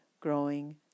growing